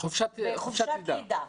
בחופשת לידה.